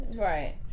Right